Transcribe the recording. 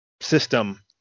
system